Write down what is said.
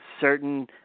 certain